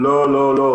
לא, לא.